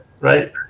right